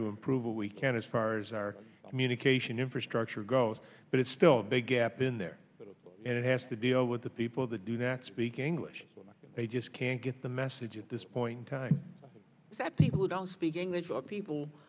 to improve what we can as far as our communication infrastructure goes but it's still a big gap in there and it has to deal with the people that do that speak english they just can't get the message at this point in time that people who don't speak english or people